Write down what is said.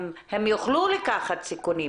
הם יוכלו לקחת סיכונים,